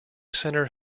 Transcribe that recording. center